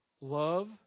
love